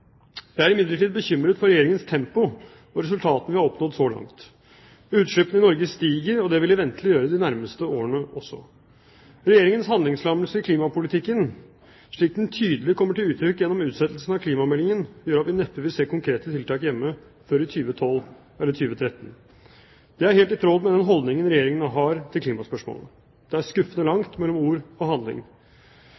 Jeg er imidlertid bekymret for Regjeringens tempo og resultatene vi har oppnådd så langt. Utslippene i Norge stiger, og det vil de ventelig gjøre de nærmeste årene også. Regjeringens handlingslammelse i klimapolitikken – slik den tydelig kommer til uttrykk gjennom utsettelsen av klimameldingen – gjør at vi neppe vil se konkrete tiltak hjemme før i 2012 eller 2013. Det er helt i tråd med den holdningen Regjeringen har til klimaspørsmålet. Det er skuffende